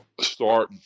start